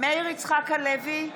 מאיר יצחק הלוי,